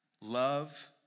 Love